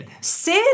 Sid